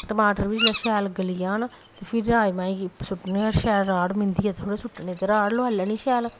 टमाटर बी जिसलै शैल गली जान फिर राजमाहें गी सु'ट्टने शैल राह्ड़ मिंदियै सु'ट्टने ते राह्ड़ लोआई लैनी शैल